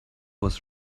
was